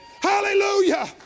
Hallelujah